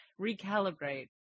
recalibrate